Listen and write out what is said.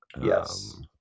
Yes